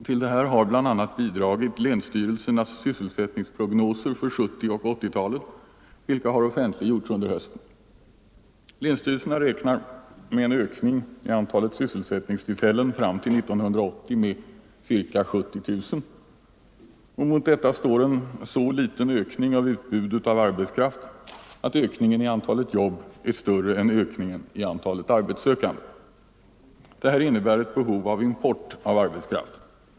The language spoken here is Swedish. Till det har bl.a. bidragit länsstyrelsernas sysselsättningsprognoser för 1970 och 1980-talen, vilka har offentliggjorts under hösten. Länsstyrelserna räknar med en ökning av antalet sysselsättningstillfällen fram till år 1980 med ca 70 000. Mot det står en så liten ökning av utbudet på arbetskraft att ökningen i antalet jobb är större än ökningen i antalet arbetssökande. Det innebär ett behov av import av arbetskraft.